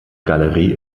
galerie